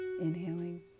Inhaling